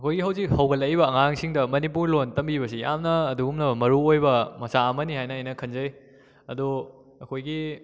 ꯑꯩꯈꯣꯏꯒꯤ ꯍꯧꯖꯤꯛ ꯍꯧꯒꯠꯂꯛꯏꯕ ꯑꯉꯥꯡꯁꯤꯡꯗ ꯃꯅꯤꯄꯨꯔ ꯂꯣꯟ ꯇꯝꯕꯤꯕꯁꯤ ꯌꯥꯝꯅ ꯑꯗꯨꯒꯨꯝꯂꯕ ꯃꯔꯨ ꯑꯣꯏꯕ ꯃꯆꯥꯛ ꯑꯃꯅꯤ ꯍꯥꯏꯅ ꯑꯩꯅ ꯈꯟꯖꯩ ꯑꯗꯣ ꯑꯩꯈꯣꯏꯒꯤ